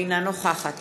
אינה נוכחת